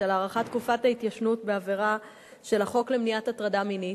של הארכת תקופת ההתיישנות בעבירה על החוק למניעת הטרדה מינית.